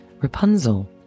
Rapunzel